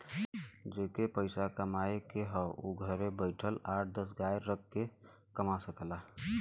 जेके के पइसा कमाए के हौ उ घरे बइठल आठ दस गाय रख के कमा सकला